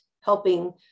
helping